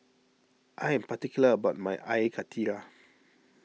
I am particular about my Air Karthira